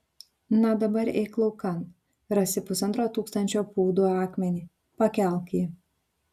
na dabar eik laukan rasi pusantro tūkstančio pūdų akmenį pakelk jį